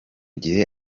gihe